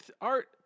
Art